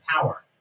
power